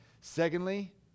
Secondly